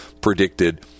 predicted